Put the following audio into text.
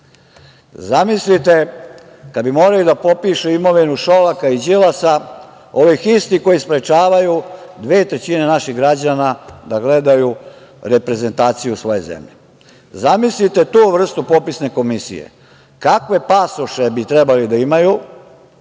Zamislite kad bi morali da popišu imovinu Šolaka i Đilasa, ovih istih koji sprečavaju dve trećine naših građana da gledaju reprezentaciju svoje zemlje, zamislite tu vrstu popisne komisije! Kakve pasoše bi trebali da imaju,